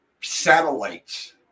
satellites